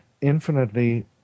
infinitely